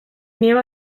nieva